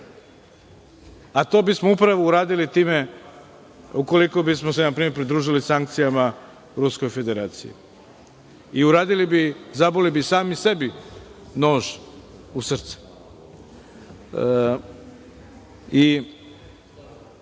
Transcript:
A to bismo upravo uradili time, ukoliko bismo se npr. pridružili sankcijama Ruskoj Federaciji. I uradili bi, zaboli bi sami sebi nož u srce. Zato